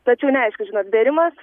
tačiau neaiškus žinot bėrimas